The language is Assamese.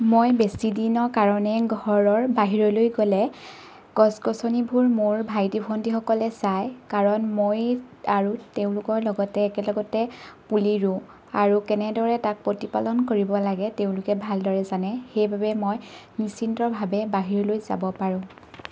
মই বেছি দিনৰ কাৰণে ঘৰৰ বাহিৰলৈ গ'লে গছ গছনিবোৰ মোৰ ভাইটি ভণ্টিসকলে চাই কাৰণ মই আৰু তেওঁলোকৰ লগতে একেলগতে পুলি ৰুওঁ আৰু কেনেদৰে তাক প্ৰতিপালন কৰিব লাগে তেওঁলোকে ভালদৰে জানে সেইবাবে মই নিশ্চিন্তভাৱে বাহিৰলৈ যাব পাৰোঁ